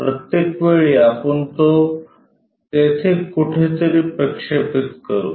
प्रत्येक वेळी आपण तो तेथे कुठेतरी प्रक्षेपित करू